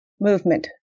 movement